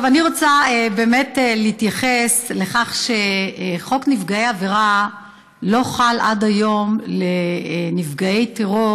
אני רוצה להתייחס לכך שחוק נפגעי עבירה לא חל עד היום על נפגעי טרור